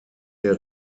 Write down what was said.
der